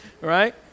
right